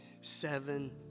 seven